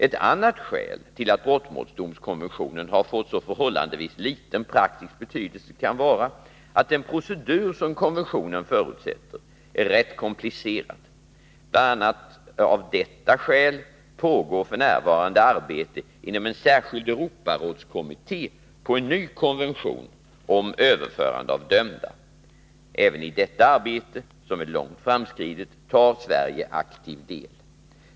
Ett annat skäl till att brottmålsdomskonventionen har fått så förhållandevis liten praktisk betydelse kan vara att den procedur som konventionen förutsätter är rätt komplicerad. Bl. a. av detta skäl pågår f. n. arbete inom en särskild Europarådskommitté på en ny konvention ”om överförande av dömda”. Även i detta arbete, som är långt framskridet, tar Sverige aktiv del.